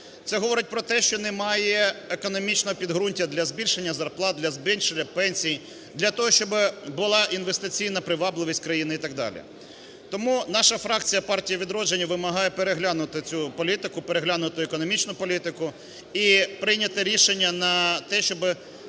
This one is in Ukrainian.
Це говорить про те, що немає економічного підґрунтя для збільшення зарплат, для збільшення пенсій, для того, щоб була інвестиційна привабливість країни і так далі. Тому наша фракція Партії "Відродження" вимагає переглянути цю політику, переглянути економічну політику і прийняти рішення на те, щоб